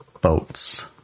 boats